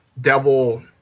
devil